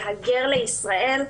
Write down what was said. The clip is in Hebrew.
להגר לישראל.